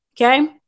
Okay